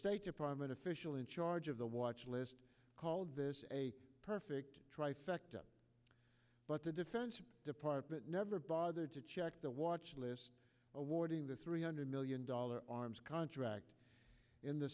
state department official in charge of the watch list called this a perfect trifecta but the defense department never bothered to check the watch list awarding the three hundred million dollar arms contract in the